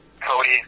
cody